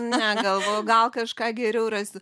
ne galvoju gal kažką geriau rasiu